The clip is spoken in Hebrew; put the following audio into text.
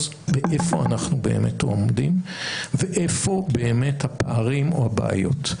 באיפה אנחנו באמת עומדים ואיפה באמת הפערים או הבעיות.